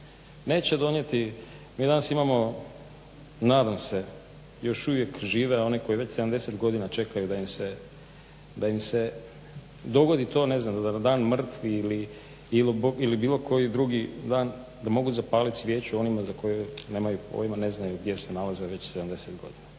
Neće donijeti. Mi danas imamo nadam se još uvijek žive oni koji već 70 godina čekaju da im se dogodi to ne znam Dan mrtvih ili bilo koji drugi dan da mogu zapalit svijetu za koje nemaju pojma, ne znaju gdje se nalaze već 70 godina.